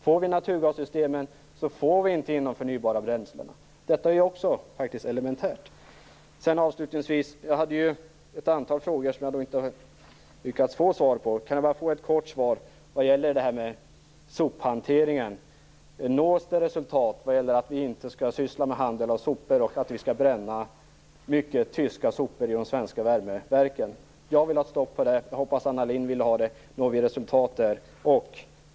Får vi ett naturgassystem får vi inte in de förnybara bränslena. Det är elementärt. Avslutningsvis: Jag ställde ett antal frågor som jag inte har lyckats få svar på. Kan jag få ett kort svar på frågan om sophanteringen? Nås det resultat i kampen mot handel med sopor och bränning av tyska sopor i de svenska värmeverken? Jag vill ha stopp på det. Jag hoppas att Anna Lindh också vill det. Når vi resultat där?